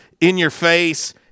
in-your-face